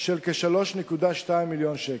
של כ-3.2 מיליון שקל.